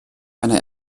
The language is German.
einer